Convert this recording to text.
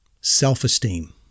self-esteem